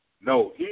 No